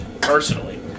personally